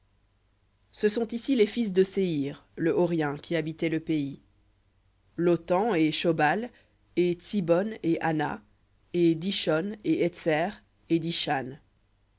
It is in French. ce sont ici les fils de séhir le horien qui habitaient le pays lotan et shobal et tsibhon et ana et dishon et